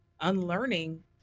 unlearning